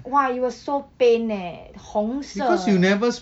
!wah! it was so pain eh 红色